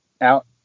out